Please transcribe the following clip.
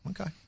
okay